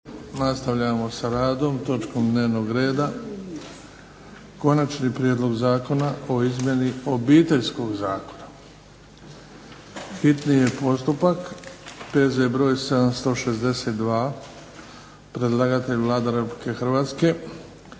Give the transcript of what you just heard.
nastavljamo sa radom, točkom dnevnog reda - Konačni prijedlog Zakona o izmjeni Obiteljskog zakona, hitni postupak, prvo i drugo čitanje, P.Z. br. 762. Predlagatelj Vlada Republike Hrvatske.